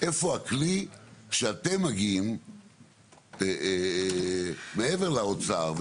איפה הכלי שאתם מגיעים מעבר לאוצר.